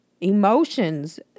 emotions